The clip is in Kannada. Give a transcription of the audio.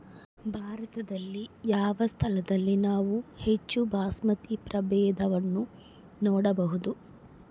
ಭಾರತದಲ್ಲಿ ಯಾವ ಸ್ಥಳದಲ್ಲಿ ನಾವು ಹೆಚ್ಚು ಬಾಸ್ಮತಿ ಪ್ರಭೇದವನ್ನು ನೋಡಬಹುದು?